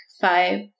five